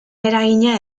eragina